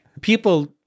People